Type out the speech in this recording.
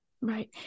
Right